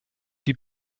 die